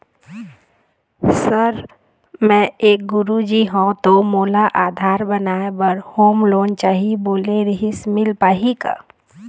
Sir मे एक गुरुजी हंव ता मोला आधार बनाए बर होम लोन चाही बोले रीहिस मील पाही का?